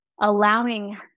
allowing